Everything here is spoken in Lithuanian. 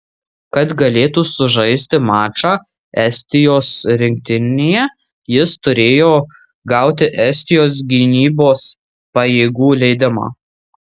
kad galėtų sužaisti mačą estijos rinktinėje jis turėjo gauti estijos gynybos pajėgų leidimą